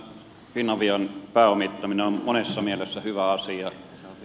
tämä finavian pääomittaminen on monessa mielessä hyvä asia